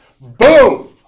Boom